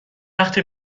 وقت